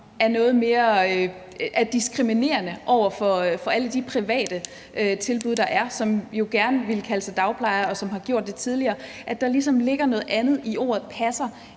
er diskriminerende over for alle de private tilbud, der er, som jo gerne vil kalde sig dagplejere, og som har gjort det tidligere – altså, at der ligesom ligger noget andet i ordet passer,